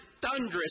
thunderous